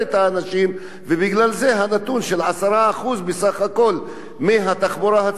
ובגלל זה הנתון של 10% בסך הכול מהתחבורה הציבורית שעוצרת